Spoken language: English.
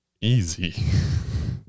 easy